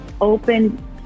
open